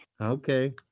Okay